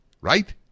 Right